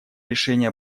решение